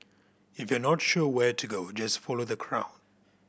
if you're not sure where to go just follow the crowd